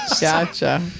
Gotcha